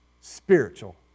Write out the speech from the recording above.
spiritual